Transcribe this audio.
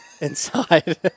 inside